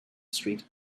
street